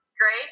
great